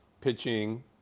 pitching